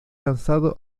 lanzado